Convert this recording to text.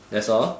that's all